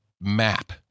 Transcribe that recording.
map